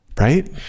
right